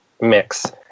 mix